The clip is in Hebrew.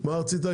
מה רצית?